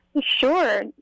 Sure